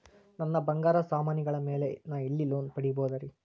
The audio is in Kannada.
ನನ್ನ ಬಂಗಾರ ಸಾಮಾನಿಗಳ ಮ್ಯಾಲೆ ನಾ ಎಲ್ಲಿ ಲೋನ್ ಪಡಿಬೋದರಿ?